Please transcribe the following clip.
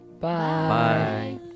Bye